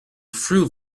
threw